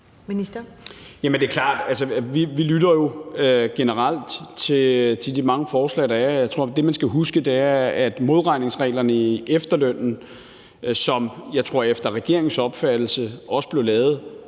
Det er klart, at vi generelt lytter til de mange forslag, der er. Jeg tror jo, at det, man skal huske, er, at modregningsreglerne i efterlønnen – som jeg også tror efter regeringens opfattelse blev lavet